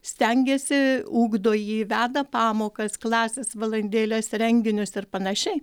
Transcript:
stengiasi ugdo jį veda pamokas klasės valandėles renginius ir panašiai